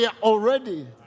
already